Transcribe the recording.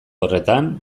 horretan